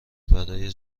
برای